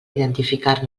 identificar